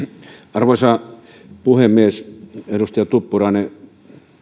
arvoisa puhemies edustaja tuppurainen